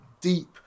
deep